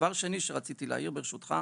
דבר שני שרציתי להעיר, ברשותך,